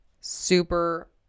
Super